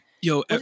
Yo